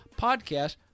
podcast